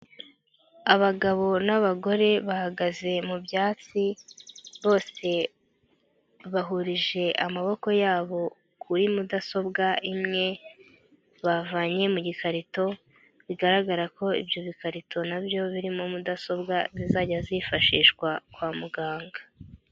Abagabo n'abagore bahagaze mu byatsi bose bahurije amaboko yabo kuri mudasobwa imwe bavanye mu gikarito, bigaragara ko ibyo bikarito na byo birimo mudasobwa zizajya zifashishwa kwa muganga.